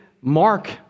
mark